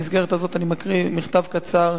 במסגרת הזאת אני מקריא מכתב קצר: